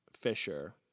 Fisher